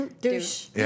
Douche